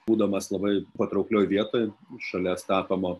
būdamas labai patrauklioj vietoj šalia statomo